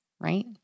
right